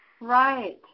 Right